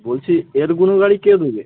বলছি এর গাড়ি কে দেবে